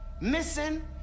Missing